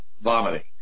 vomiting